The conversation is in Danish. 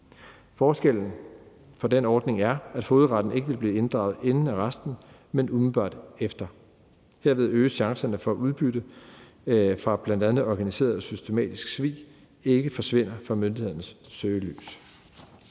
forskellen fra den ordning er, at fogedretten ikke vil blive inddraget inden arresten, men umiddelbart efter. Herved øges chancerne for, at udbytte fra bl.a. organiseret og systematisk svig ikke forsvinder fra myndighedernes søgelys.